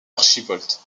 archivolte